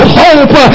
hope